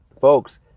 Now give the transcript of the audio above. folks